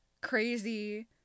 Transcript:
crazy